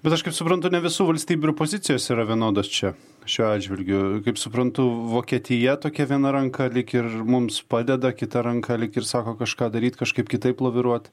bet aš kaip suprantu ne visų valstybių ir pozicijos yra vienodos čia šiuo atžvilgiu kaip suprantu vokietija tokia viena ranka lyg ir mums padeda kita ranka lyg ir sako kažką daryt kažkaip kitaip laviruot